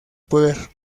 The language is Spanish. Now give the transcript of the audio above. poder